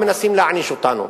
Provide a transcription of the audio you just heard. ומנסים להעניש אותנו.